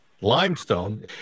limestone